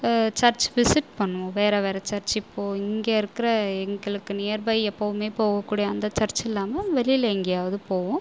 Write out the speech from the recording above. search visit பண்ணுவோம் வேறு வேறு சர்ச்சி போய் இங்கே இருக்கின்ற எங்களுக்கு நியர் பை எப்போவுமே போக கூடிய அந்த சர்ச் இல்லாமல் வெளியில் எங்கேயாவது போவோம்